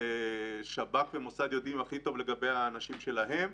והשב"כ והמוסד יודעים הכי טוב לגבי האנשים שלהם.